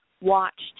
watched